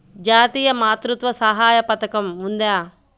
జాతీయ మాతృత్వ సహాయ పథకం ఉందా?